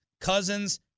Cousins